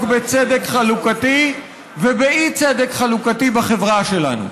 בצדק חלוקתי ובאי-צדק חלוקתי בחברה שלנו.